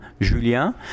Julien